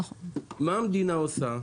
מה המדינה עושה?